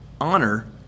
honor